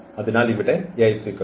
അതിനാൽ ഇവിടെ Ax 0